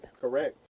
correct